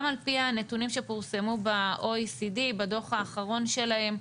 גם על פי הנתונים שפורסמו ב- OECDבדוח האחרון שלהם,